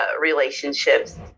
relationships